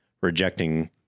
rejecting